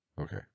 Okay